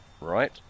Right